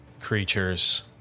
creatures